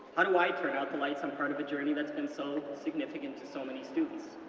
how do i turn out the lights on part of a journey that's been so significant to so many students?